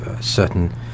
certain